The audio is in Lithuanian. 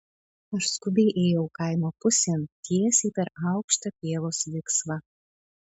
aš skubiai ėjau kaimo pusėn tiesiai per aukštą pievos viksvą